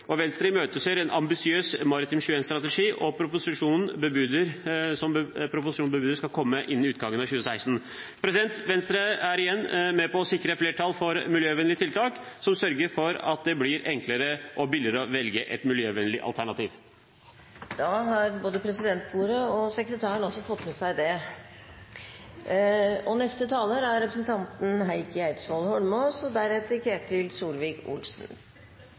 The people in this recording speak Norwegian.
og en grønn transportsektor. Venstre imøteser en ambisiøs maritim 21-strategi, som proposisjonen bebuder skal komme innen utgangen av 2016. Venstre er igjen med på å sikre et flertall for miljøvennlige tiltak som sørger for at det blir enklere og billigere å velge et miljøvennlig alternativ. Da har både presidenten og sekretæren fått med seg det.